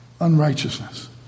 unrighteousness